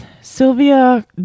Sylvia